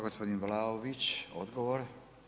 Gospodin Vlaović, odgovor.